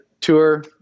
tour